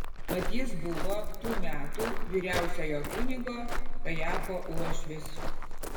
mat jis buvo tų metų vyriausiojo kunigo kajafo uošvis